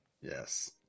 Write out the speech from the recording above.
Yes